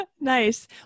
Nice